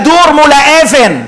כדור מול אבן,